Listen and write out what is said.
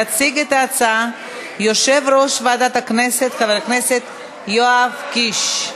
יציג את ההצעה יושב-ראש ועדת הכנסת חבר הכנסת יואב קיש.